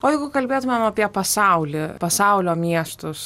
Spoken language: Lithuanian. o jeigu kalbėtumėm apie pasaulį pasaulio miestus